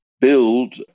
build